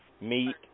meet